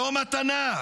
לא מתנה.